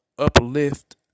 Uplift